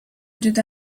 teda